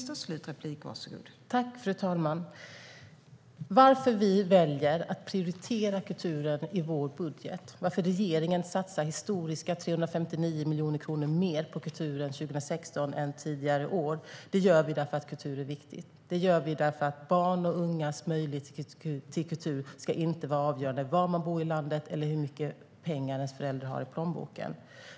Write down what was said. Fru talman! Att vi väljer att prioritera kulturen i vår budget, att regeringen satsar historiska 359 kronor mer på kulturen 2016 än tidigare år, det gör vi för att kultur är viktigt. Det gör vi för att barns och ungas möjlighet till kultur inte ska avgöras av var i landet man bor eller hur mycket pengar ens föräldrar har i plånboken.